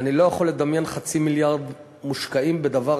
שאני לא יכול לדמיין חצי מיליארד מושקעים בדבר